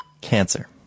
cancer